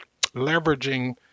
leveraging